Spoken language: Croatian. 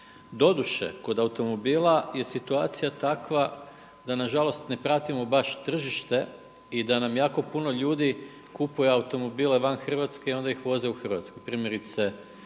Doduše, kod automobila je situacija takva da nažalost ne pratimo baš tržište i da nam jako puno ljudi kupuje automobile van Hrvatske i onda ih uvoze u Hrvatsku. Primjerice